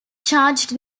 charged